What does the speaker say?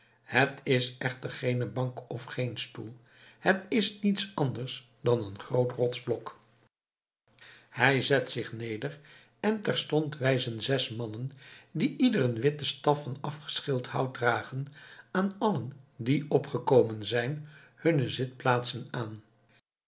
het is echter geene bank of geen stoel het is niets anders dan een groot rotsblok hij zet zich neder en terstond wijzen zes mannen die ieder een witten staf van afgeschild hout dragen aan allen die opgekomen zijn hunne zitplaatsen aan